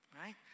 right